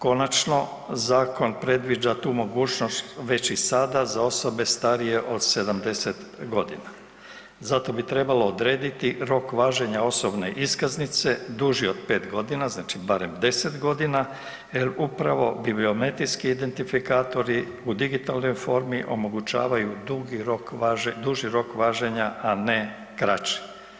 Konačno, zakon predviđa tu mogućnost već i sada za osobe starije od 70 godina, zato bi trebalo odrediti rok važenja osobne iskaznice duži od pet godina, znači barem deset godina jer upravo biometrijski identifikatori u digitalnoj formi omogućavaju duži rok važenja, a ne kraći.